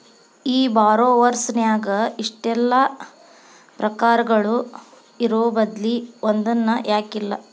ಈ ಬಾರೊವರ್ಸ್ ನ್ಯಾಗ ಇಷ್ಟೆಲಾ ಪ್ರಕಾರಗಳು ಇರೊಬದ್ಲಿ ಒಂದನ ಯಾಕಿಲ್ಲಾ?